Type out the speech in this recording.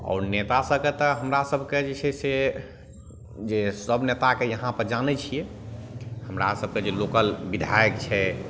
आओर नेता सभकेँ तऽ हमरा सभकेँ जे छै से जे सब नेताकेँ यहाँपर जानै छिए हमरा सभके जे लोकल विधायक छै